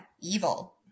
Evil